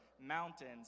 mountains